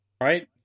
Right